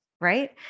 Right